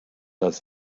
das